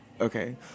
Okay